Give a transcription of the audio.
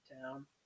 town